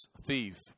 thief